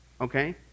Okay